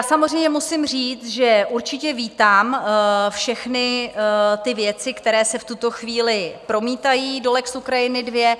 Samozřejmě musím říct, že určitě vítám všechny ty věci, které se v tuto chvíli promítají do lex Ukrajina II.